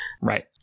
Right